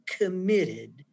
committed